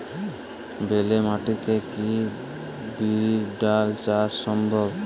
বেলে মাটিতে কি বিরির ডাল চাষ সম্ভব?